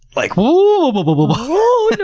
like, woaaahhh. whoah. but but but whoah.